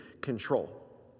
control